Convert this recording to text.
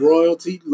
Royalty